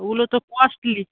ওগুলো তো কস্টলি